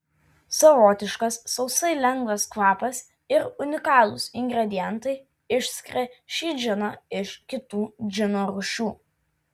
savotiškas sausai lengvas kvapas ir unikalūs ingredientai išskiria šį džiną iš kitų džino rūšių